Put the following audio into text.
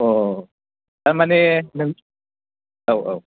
औ औ औतारमाने औ औ